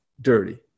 dirty